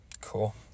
Cool